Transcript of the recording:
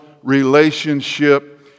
relationship